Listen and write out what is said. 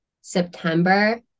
September